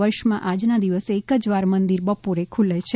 વર્ષમાં આજના દિવસે એક જ વાર મંદિર બપોરે ખૂલે છે